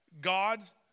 God's